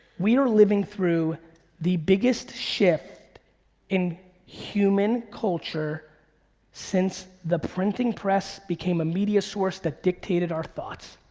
we're living through the biggest shift in human culture since the printing press became a media source that dictated our thoughts.